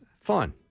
Fun